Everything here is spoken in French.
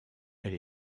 elle